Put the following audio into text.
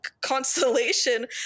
constellation